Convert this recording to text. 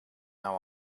now